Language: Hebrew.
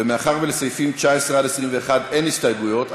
ומאחר שלסעיפים 19 21 אין הסתייגויות,